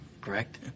correct